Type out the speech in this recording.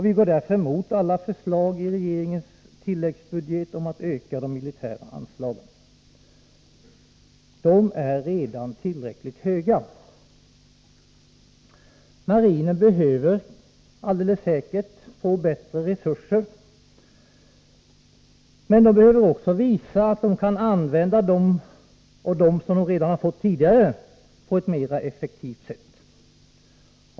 Vi går därför emot alla förslag i regeringens tilläggsbudget om att öka de militära anslagen. De är redan tillräckligt höga. Marinen behöver alldeles säkert få bättre resurser, men man behöver också visa att man på ett mera effektivt sätt kan använda de resurser som man redan tidigare har fått.